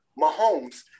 Mahomes